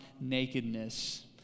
nakedness